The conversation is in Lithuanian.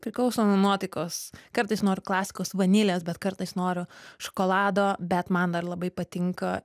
priklauso nuo nuotaikos kartais noriu klasikos vanilės bet kartais noriu šokolado bet man dar labai patinka